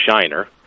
shiner